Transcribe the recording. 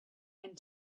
and